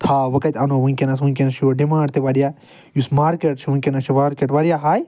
تھاو وۄنۍ کَتہٕ اَنو وُنٛکیٚس وُنٛکیٚس چھِ اورٕ ڈِمانٛڈ تہِ واریاہ یُس مارکیٚٹ چھُ وُنٛکیٚس چھِ مارکیٚٹ واریاہ ہاے